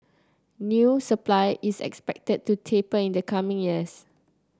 new supply is expected to taper in the coming years